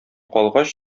калгач